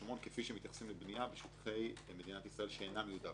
שמתייחסים לבנייה בשטחי ישראל שאינם יהודה ושומרון.